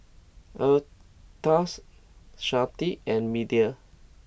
Erastus Sharde and Media